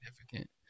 significant